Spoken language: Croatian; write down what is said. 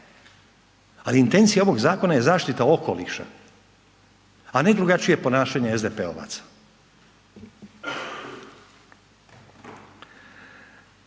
Ali intencija ovog zakona je zaštita okoliša a ne drugačije ponašanje SDP-ovaca.